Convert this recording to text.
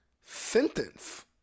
Sentence